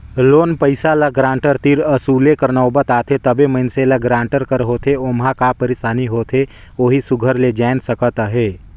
loan पइसा ल guarantor तीर वसूले कर नउबत आथे तबे मइनसे ल गारंटर का होथे ओम्हां का पइरसानी होथे ओही सुग्घर ले जाएन सकत अहे